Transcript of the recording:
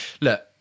Look